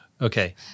Okay